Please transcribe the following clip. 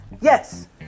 Yes